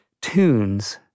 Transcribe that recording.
tunes